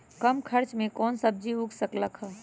कम खर्च मे कौन सब्जी उग सकल ह?